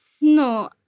No